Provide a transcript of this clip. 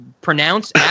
pronounce